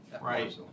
Right